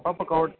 ਆਪਾਂ ਪਕੌ